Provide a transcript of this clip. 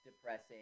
depressing